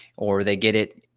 or they get it,